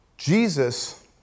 Jesus